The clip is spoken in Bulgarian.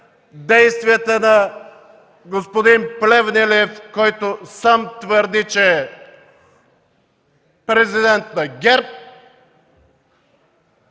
Действията на господин Плевнелиев, който сам твърди, че е президент на ГЕРБ,